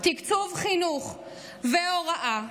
תקצוב חינוך והוראה,